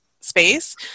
space